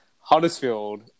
Huddersfield